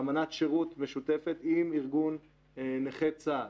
אמנת שירות משותפת עם ארגון נכי צה"ל,